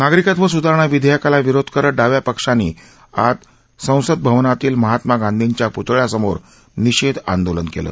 नागरिकत्व सुधारणा विधेयकाला विरोध करत डाव्या पक्षांनी आज संसद भवनातील महात्मा गांधींच्या प्तळ्यासमोर निषेध आंदोलन केलं